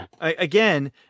Again